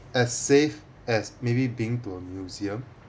as safe as maybe being to a museum